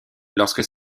lorsque